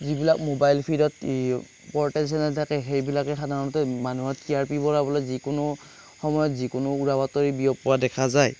যিবিলাক ম'বাইল ফিডত portal channel থাকে সেইবিলাকে সাধাৰণতে মানুহৰ টি আৰ পি বঢ়াবলৈ যিকোনো সময়ত যিকোনো উৰাবাতৰি বিয়পোৱা দেখা যায়